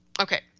Okay